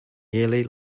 yearly